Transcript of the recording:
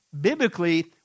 biblically